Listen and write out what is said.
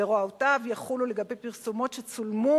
והוראותיו יחולו לגבי פרסומות שצולמו